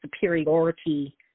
superiority